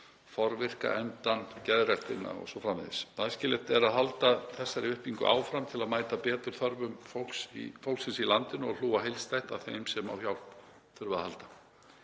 Æskilegt er að halda þessari uppbyggingu áfram til að mæta betur þörfum fólksins í landinu og hlúa heildstætt að þeim sem á hjálp þurfa að halda.